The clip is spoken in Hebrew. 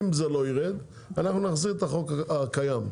אם זה לא ירד אנחנו נחזיר לחוק הקיים,